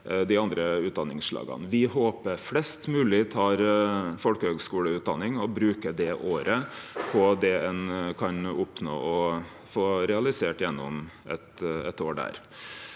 Me håpar flest mogleg tar folkehøgskuleutdanning og brukar det året på det ein kan oppnå og få realisert gjennom eit år der.